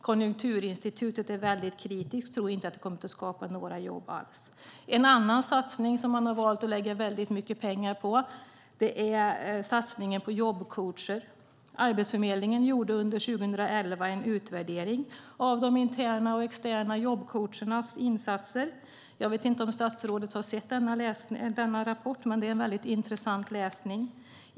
Konjunkturinstitutet är väldigt kritiskt och tror inte att det kommer att skapa några jobb alls. En annan satsning som man har valt att lägga väldigt mycket pengar på är satsningen på jobbcoacher. Arbetsförmedlingen gjorde under 2011 en utvärdering av de interna och externa jobbcoachernas insatser. Jag vet inte om statsrådet har sett denna rapport. Det är en väldigt intressant läsning.